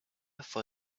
for